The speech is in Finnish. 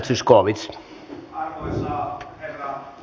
arvoisa herra puhemies